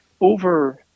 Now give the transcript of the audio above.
over